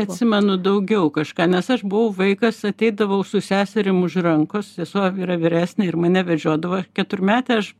atsimenu daugiau kažką nes aš buvau vaikas ateidavau su seserim už rankos sesuo yra vyresnė ir mane vedžiodavo keturmetę aš